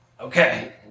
Okay